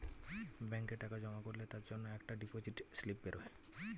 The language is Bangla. ব্যাংকে টাকা জমা করলে তার জন্যে একটা ডিপোজিট স্লিপ বেরোয়